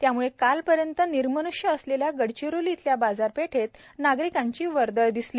त्यामुळे कालपर्यंत निर्मनुष्य् असलेल्या गडचिरोली येथील बाजारपेठेत नागरिकांची वर्दळ सुरु झाली